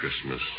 Christmas